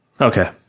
Okay